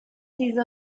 diese